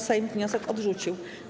Sejm wniosek odrzucił.